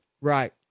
Right